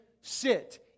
sit